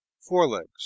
Forelegs